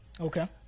Okay